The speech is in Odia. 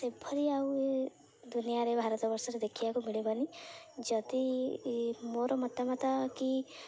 ସେଭଳି ଆଉ ଦୁନିଆରେ ଭାରତ ବର୍ଷରେ ଦେଖିବାକୁ ମିଳିବନି ଯଦି ମୋର ମତାମତା କି